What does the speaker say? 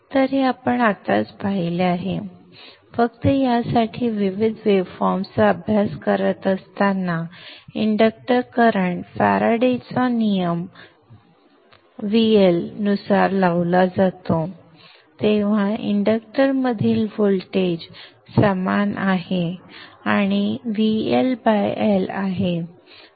तर हे आपण आत्ताच पाहिले आहे फक्त यासाठी विविध वेव्हफॉर्मचा अभ्यास करत असताना इंडक्टर करंट फॅराडेच्या नियमFaraday's law VL नुसार जातो तेव्हा इंडक्टरमधील व्होल्टेज समान आहे आणि VLL आहे